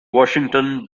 washington